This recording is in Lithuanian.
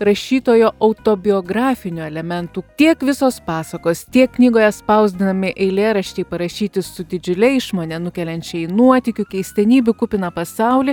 rašytojo autobiografinių elementų tiek visos pasakos tiek knygoje spausdinami eilėraščiai parašyti su didžiule išmone nukeliančia į nuotykių keistenybių kupiną pasaulį